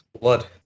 blood